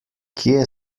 kje